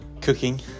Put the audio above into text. cooking